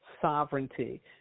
sovereignty